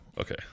Okay